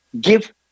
give